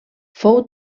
fou